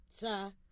Sir